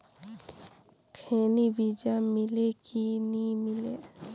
खैनी बिजा मिले कि नी मिले?